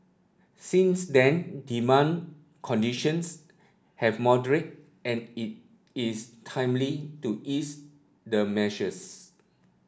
since then demand conditions have moderated and it is timely to ease the measures